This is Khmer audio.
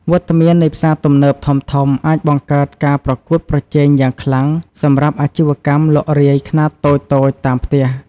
វត្តមាននៃផ្សារទំនើបធំៗអាចបង្កើតការប្រកួតប្រជែងយ៉ាងខ្លាំងសម្រាប់អាជីវកម្មលក់រាយខ្នាតតូចៗតាមផ្ទះ។